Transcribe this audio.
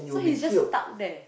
so he's just stuck there